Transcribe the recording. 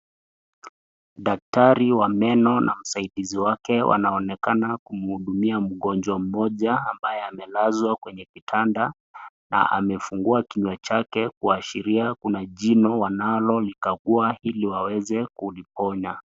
Daktari wa meno na msaidizi wake wanaonekana kumhudumia mgonjwa mmoja ambaye amelazwa kwenye kitanda na amefungua kinywa chake kuashiria kuna jino wanalikagua hili waweze kuliponya.